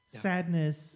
sadness